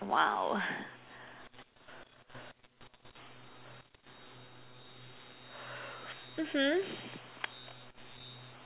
mmhmm